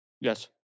Yes